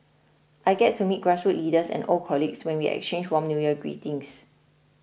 I get to meet grassroots leaders and old colleagues when we exchange warm New Year greetings